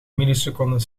milliseconden